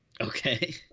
Okay